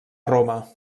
roma